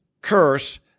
curse